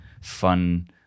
fun